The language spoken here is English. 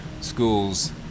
schools